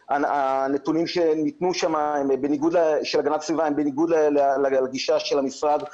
שהנתונים שניתנו שם של הגנת הסביבה הם בניגוד לגישה של המשרד,